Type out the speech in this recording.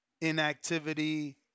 Inactivity